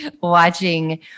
watching